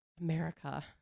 America